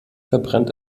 verbrennt